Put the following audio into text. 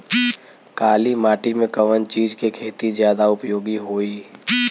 काली माटी में कवन चीज़ के खेती ज्यादा उपयोगी होयी?